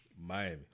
Miami